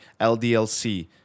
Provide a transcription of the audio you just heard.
LDLC